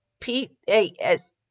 P-A-S